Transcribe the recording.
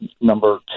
number